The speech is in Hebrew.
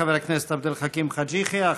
חבר הכנסת עבד אל חכים חאג' יחיא.